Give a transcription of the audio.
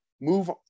move